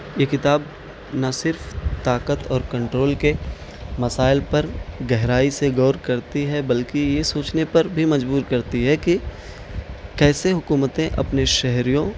یہ کتاب نہ صرف طاقت اور کنٹرول کے مسائل پر گہرائی سے غور کرتی ہے بلکہ یہ سوچنے پر بھی مجبور کرتی ہے کہ کیسے حکومتیں اپنے شہریوں